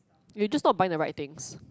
you just not buying the right things